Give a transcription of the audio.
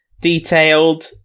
detailed